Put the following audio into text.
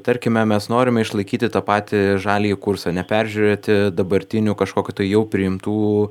tarkime mes norime išlaikyti tą patį žaliąjį kursą neperžiūrėti dabartinių kažkokių tai jau priimtų